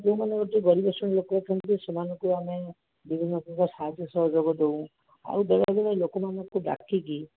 ଯେଉଁମାନେ ଏହିଠି ଗରିବଶ୍ରେଣୀ ଲୋକ ଅଛନ୍ତି ସେମାନଙ୍କୁ ଆମେ ବିଭିନ୍ନପ୍ରକାର ସାହାଯ୍ୟ ସହଯୋଗ ଦଉ ଆଉ ବେଳେବେଳେ ଲୋକମାନଙ୍କୁ ଡାକିକି